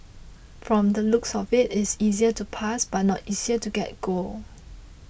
from the looks of it it is easier to pass but not easier to get gold